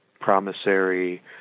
promissory